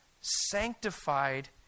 sanctified